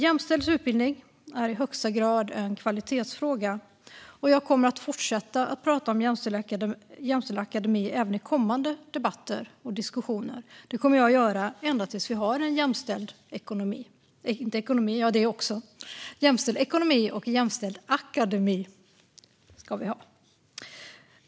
Jämställd utbildning är i högsta grad en kvalitetsfråga, och jag kommer att fortsätta att prata om jämställd akademi även i kommande debatter och diskussioner. Det kommer jag att göra ända tills vi har en jämställd akademi och även ekonomi.